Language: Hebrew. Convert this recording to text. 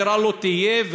הגירה לא תהיה,